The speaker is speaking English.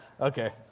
Okay